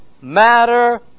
matter